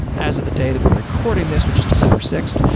as of the day that we're recording this, which is december sixth,